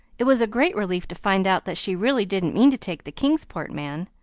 it was a great relief to find out that she really didn't mean to take the kingsport man.